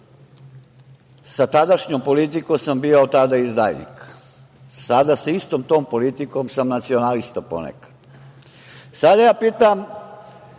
sa tadašnjom politikom sam bio tada izdajnik, sada sa istom tom politikom sam nacionalista ponekad. Sada ja pitam